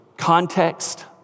Context